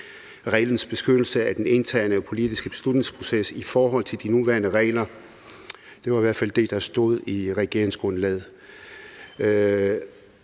beskyttelse af den interne og politiske beslutningsproces i forhold til de nuværende regler«. Det var i hvert fald det, der stod i regeringsgrundlaget.